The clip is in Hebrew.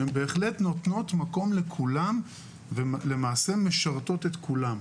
הן בהחלט נותנות מקום לכולם ולמעשה משרתות את כולם.